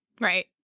Right